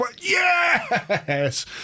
yes